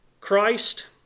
Christ